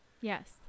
Yes